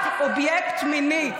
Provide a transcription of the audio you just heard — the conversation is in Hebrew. את אובייקט מיני,